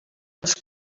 els